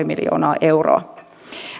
miljoonaa euroa